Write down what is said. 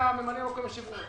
ממלא מקום היושב-ראש,